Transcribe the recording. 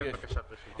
יש בקשת רשות דיבור.